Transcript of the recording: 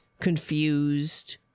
confused